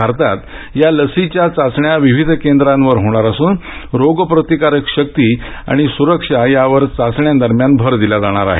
भारतात या लसीच्या चाचण्या विविध केंद्रांवर होणार असून रोगप्रतिकारक शक्ती आणि सुरक्षा यावर चाचण्यां दरम्यान भर दिला जाणार आहे